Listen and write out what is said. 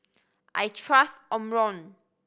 I trust Omron